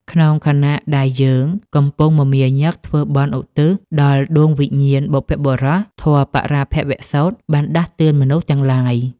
ក្នុងខណៈដែលយើងកំពុងមមាញឹកធ្វើបុណ្យឧទ្ទិសដល់ដួងវិញ្ញាណបុព្វបុរស ធម៌បរាភវសូត្របានដាស់តឿនមនុស្សទាំងឡាយ។